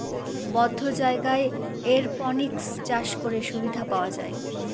বদ্ধ জায়গায় এরপনিক্স চাষ করে সুবিধা পাওয়া যায়